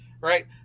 right